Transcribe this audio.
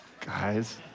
Guys